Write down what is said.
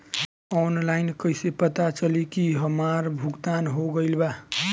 Online कईसे पता चली की हमार भुगतान हो गईल बा?